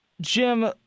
Jim